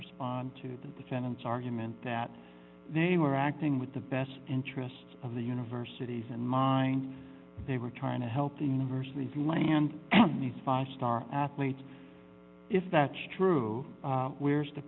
respond to the defendant's argument that they were acting with the best interest of the universities and mind they were trying to help the universities lie and nice five star athletes if that's true where's the